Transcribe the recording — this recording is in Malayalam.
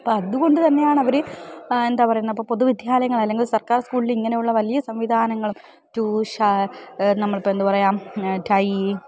അപ്പം അതുകൊണ്ട് തന്നെയാണ് അവർ എന്താണ് പറയുന്നത് അപ്പം പൊതുവിദ്യാലയങ്ങൾ അല്ലെങ്കിൽ സർക്കാർ സ്കൂളിൽ ഇങ്ങനെയുള്ള വലിയ സംവിധാനങ്ങളും ട്യൂഷ നമ്മൾ ഇപ്പം എന്താണ് പറയുക ടൈ